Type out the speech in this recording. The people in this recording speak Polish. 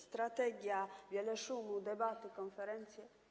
Strategia, wiele szumu, debaty, konferencje.